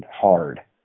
hard